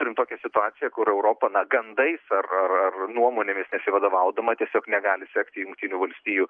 turim tokią situaciją kur europa na gandais ar ar ar nuomonėmis besivadovaudama tiesiog negali sekti jungtinių valstijų